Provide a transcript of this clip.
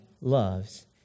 loves